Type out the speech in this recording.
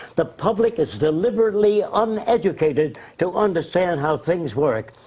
the public is deliberately uneducated to understand how things work.